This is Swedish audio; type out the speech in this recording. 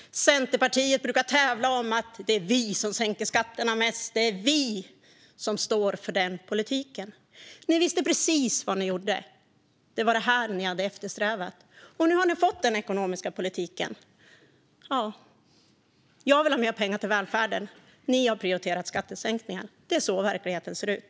Centerpartiet brukar tävla om att sänka skatterna mest och skryter med att de själva står för den politiken. Ni socialdemokrater visste precis vad ni gjorde. Det var detta ni eftersträvade, och nu har ni fått den ekonomiska politiken. Jag vill ha mer pengar till välfärden. Ni har prioriterat skattesänkningar. Det är så verkligheten ser ut.